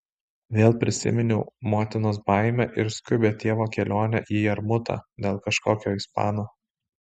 vėl prisiminiau motinos baimę ir skubią tėvo kelionę į jarmutą dėl kažkokio ispano